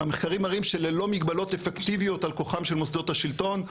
והמחקרים מראים שללא מגבלות אפקטיביות על כוחם של כוחות השלטון,